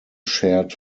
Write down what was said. shared